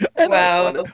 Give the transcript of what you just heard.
Wow